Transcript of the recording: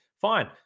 fine